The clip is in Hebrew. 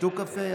תשתו קפה ויחד.